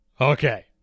Okay